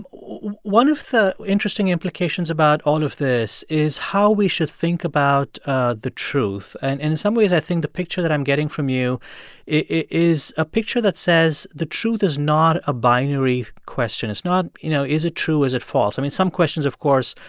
one of the interesting implications about all of this is how we should think about ah the truth. and and in some ways, i think the picture that i'm getting from you is a picture that says the truth is not a binary question. it's not, you know, is it true, is it false? i mean, some questions, of course,